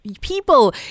people